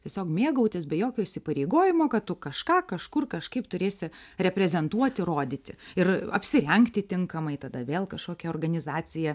tiesiog mėgautis be jokio įsipareigojimo kad tu kažką kažkur kažkaip turėsi reprezentuoti rodyti ir apsirengti tinkamai tada vėl kažkokia organizacija